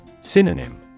Synonym